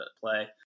play